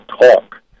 talk